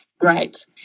Right